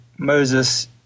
Moses